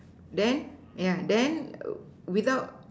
then yeah then without